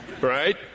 right